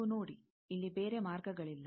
ನೀವು ನೋಡಿ ಇಲ್ಲಿ ಬೇರೆ ಮಾರ್ಗಗಳಿಲ್ಲ